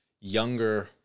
younger